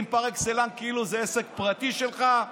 פר אקסלנס כאילו זה עסק פרטי שלך,